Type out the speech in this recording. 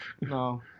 No